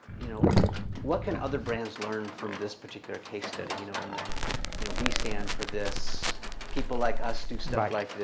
you know what can other brands learn from this particular case study, you know in the you know, we stand for this people like us do stuff like this.